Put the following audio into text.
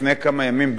לפני כמה ימים,